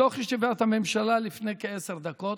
בתוך ישיבת הממשלה, לפני כעשר דקות,